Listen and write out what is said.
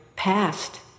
past